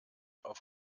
auf